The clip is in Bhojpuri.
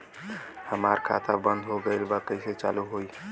हमार खाता बंद हो गईल बा कैसे चालू होई?